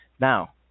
Now